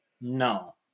no